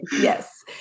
yes